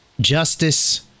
justice